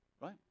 right